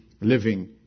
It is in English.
living